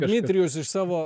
dmitrijus iš savo